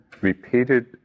repeated